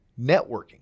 networking